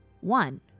one